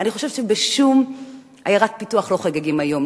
אני חושבת שבשום עיירת פיתוח לא חוגגים היום.